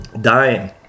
Dying